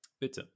Bitte